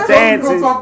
dancing